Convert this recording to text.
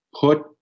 Put